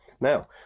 Now